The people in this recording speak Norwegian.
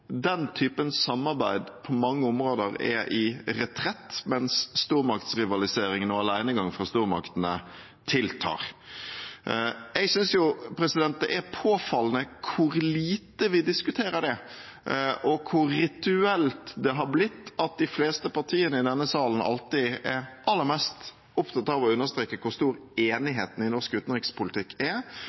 den typen samarbeid på mange områder er i retrett, mens stormaktsrivaliseringen og alenegangen fra stormaktene tiltar. Jeg synes jo det er påfallende hvor lite vi diskuterer det, og hvor rituelt det har blitt at de fleste partiene i denne salen alltid er aller mest opptatt av å understreke hvor stor enigheten i norsk utenrikspolitikk er,